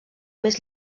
més